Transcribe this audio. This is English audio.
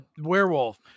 werewolf